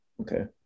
Okay